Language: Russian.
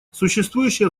существующие